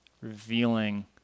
revealing